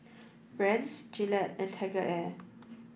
Brand's Gillette and TigerAir